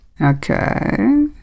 Okay